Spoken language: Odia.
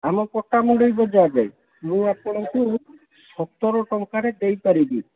ଆମ ପଟ୍ଟାମୁଣ୍ଡାଇ ବଜାରରେ ମୁଁ ଆପଣଙ୍କୁ ସତର ଟଙ୍କାରେ ଦେଇ ପାରିବି